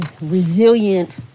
resilient